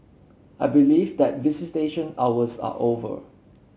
I believe that visitation hours are over